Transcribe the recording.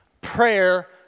prayer